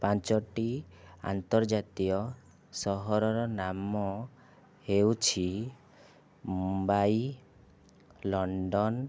ପାଞ୍ଚଟି ଆନ୍ତର୍ଜାତୀୟ ସହରର ନାମ ହେଉଛି ମୁମ୍ବାଇ ଲଣ୍ଡନ